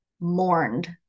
mourned